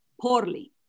poorly